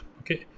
Okay